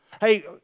Hey